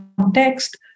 context